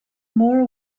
more